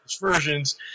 versions